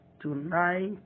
tonight